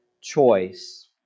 choice